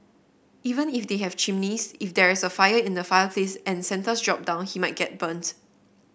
even if they have chimneys if there is a fire in the fireplace and Santa's drop down he might get burnt